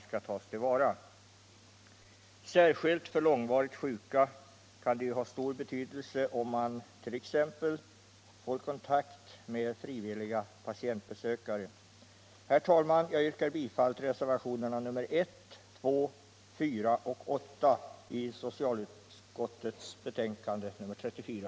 Särskilt för långvarigt sjuka kan det ha stor betydelse att t.ex. få kontakt med frivilliga patientbesökare. Herr talman! Jag yrkar bifall till reservationerna 1, 2, 4 och 8 vid socialutskottets betänkande nr 34.